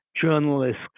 journalists